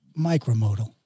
micromodal